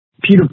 Peter